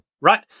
right